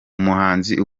umuhanzi